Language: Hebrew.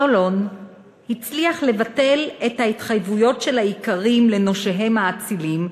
סולון הצליח לבטל את ההתחייבויות של האיכרים לנושיהם האצילים,